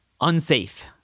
Unsafe